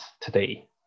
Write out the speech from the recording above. today